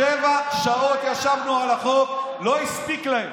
שבע שעות ישבנו על החוק, לא הספיק להם.